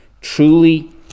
Truly